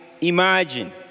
imagine